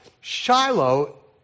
Shiloh